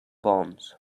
bonds